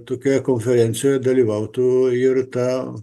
tokioje konferencijoje dalyvautų ir ta